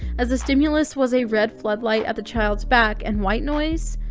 as the stimulus was a red floodlight at the child's back and white noise?